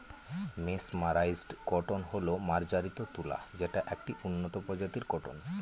mesmerised cotton হল মার্জারিত তুলা যেটা একটি উন্নত প্রজাতির কটন